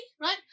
right